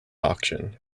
auction